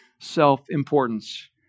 self-importance